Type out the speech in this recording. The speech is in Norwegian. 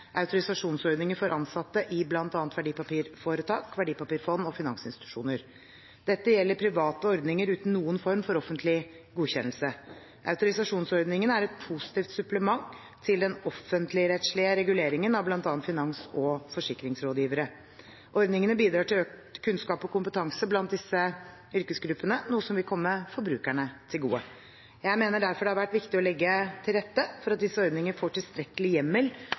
autorisasjonsordninger for ansatte i bl.a. verdipapirforetak, verdipapirfond og finansinstitusjoner. Dette gjelder private ordninger uten noen form for offentlig godkjennelse. Autorisasjonsordningene er et positivt supplement til den offentligrettslige reguleringen av bl.a. finans- og forsikringsrådgivere. Ordningene bidrar til økt kunnskap og kompetanse blant disse yrkesgruppene, noe som vil komme forbrukerne til gode. Jeg mener derfor det har vært viktig å legge til rette for at disse ordningene får tilstrekkelig hjemmel